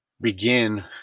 begin